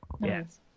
Yes